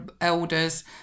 elders